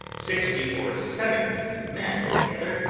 sixty or seventy men together,